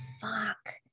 fuck